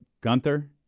Gunther